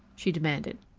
she demanded.